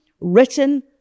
written